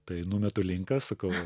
tai numetu linką sakau